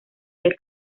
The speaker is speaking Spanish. del